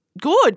good